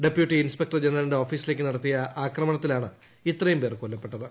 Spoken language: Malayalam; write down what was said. ഡെപ്യൂട്ടി ഇൻസ്പെക്ടർ ജനറലിൻ്റ് ഓഫീസിലേക്ക് നടത്തിയ ആക്രമണത്തിലാണ് ഇത്ര്യും പേർ കൊല്ലപ്പെട്ടത്